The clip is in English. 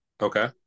Okay